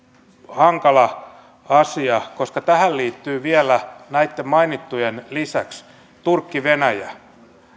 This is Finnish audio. hankala asia koska tähän liittyy vielä näitten mainittujen lisäksi turkki venäjä